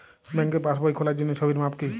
ব্যাঙ্কে পাসবই খোলার জন্য ছবির মাপ কী?